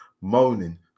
moaning